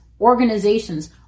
organizations